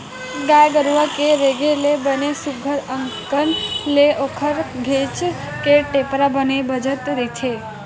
गाय गरुवा के रेगे ले बने सुग्घर अंकन ले ओखर घेंच के टेपरा बने बजत रहिथे